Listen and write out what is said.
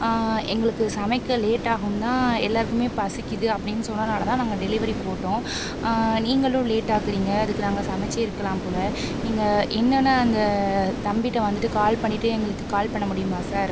எங்களுக்குச் சமைக்க லேட்டாகும் தான் எல்லோருக்குமே பசிக்கிது அப்படின்னு சொன்னதுனால் தான் நாங்கள் டெலிவரி போட்டோம் நீங்களும் லேட்டாக்கிறிங்க அதுக்கு நாங்கள் சமைத்தே இருக்கலாம் போல் நீங்கள் என்னென்னா அந்த தம்பிகிட்ட வந்துட்டு கால் பண்ணிகிட்டு எங்களுக்குக் கால் பண்ண முடியுமா சார்